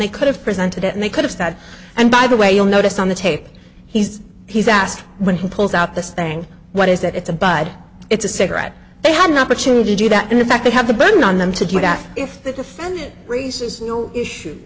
they could have presented it and they could have had and by the way you'll notice on the tape he's he's asked when he pulls out this thing what is that it's a bad it's a cigarette they had an opportunity to do that and in fact they have the burden on them to do that if the defendant raises no issue